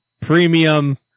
premium